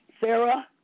Sarah